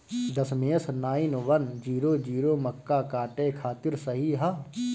दशमेश nine one zero zero मक्का काटे खातिर सही ह?